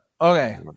Okay